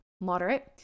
moderate